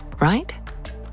right